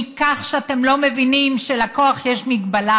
מכך שאתם לא מבינים שלכוח יש מגבלה